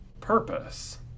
purpose